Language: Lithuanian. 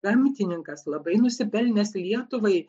gamtininkas labai nusipelnęs lietuvai